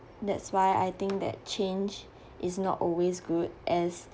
that's why I think that change is not always good as